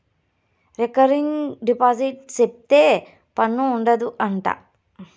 recurring deposit సేపిత్తే పన్ను ఉండదు అంట